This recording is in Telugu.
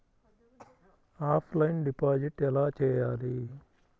ఆఫ్లైన్ డిపాజిట్ ఎలా చేయాలి?